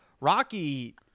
Rocky